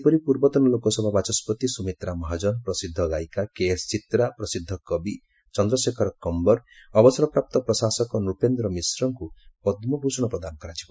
ସେହିପରି ପୂର୍ବତନ ଲୋକସଭା ବାଚସ୍କତି ସୁମିତ୍ରା ମହାଜନ ପ୍ରସିଦ୍ଧ ଗାୟିକା କେଏସ ଚିତ୍ରା ପ୍ରସିଦ୍ଧ କବି ଚନ୍ଦ୍ରଶେଖର କମ୍ଭରଅବସରପ୍ରାପ୍ତ ପ୍ରଶାସକ ନୃପେନ୍ଦ୍ର ମିଶ୍ରାଙ୍କୁ ପଦ୍କଭୂଷଣ ପ୍ରଦାନ କରାଯିବ